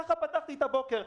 ככה פתחתי את הבוקר.